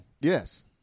Yes